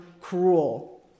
cruel